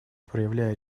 проявляя